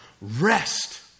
rest